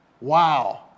wow